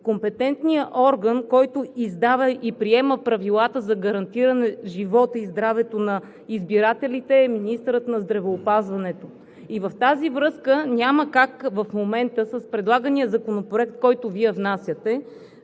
компетентният орган, който издава и приема правилата за гарантиране живота и здравето на избирателите, е министърът на здравеопазването. И в тази връзка няма как в момента с предлагания законопроект, който Вие внасяте,